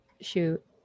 Shoot